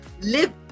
live